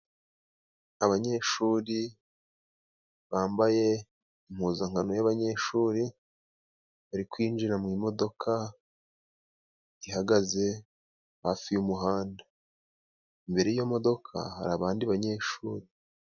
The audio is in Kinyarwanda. Abanyeshuri bambaye impuzankano y'abanyeshuri, bari kwinjira mu modoka ihagaze hafi y'umuhanda, imbere y'iyo modoka hari abandi banyeshuri.